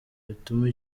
bituma